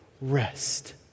rest